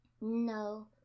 No